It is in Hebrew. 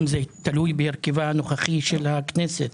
האם זה תלוי בהרכבה הנוכחי של הכנסת?